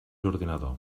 ordinador